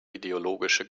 ideologische